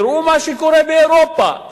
תראו מה שקורה באירופה,